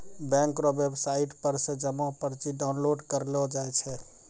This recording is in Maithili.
बैंक रो वेवसाईट पर से जमा पर्ची डाउनलोड करेलो जाय छै